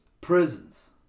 prisons